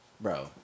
Bro